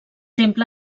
temple